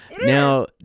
Now